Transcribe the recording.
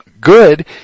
good